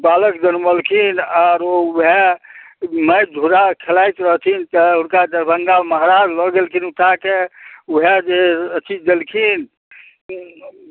बालक जनमलखिन आओर ओ वएह माँटि धुरा खेलाइत रहथिन तऽ हुनका दरभङ्गा महाराज लऽ गेलखिन उठाके वएह जे अथी देलखिन